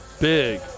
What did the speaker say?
big